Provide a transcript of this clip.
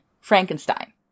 Frankenstein